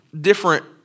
different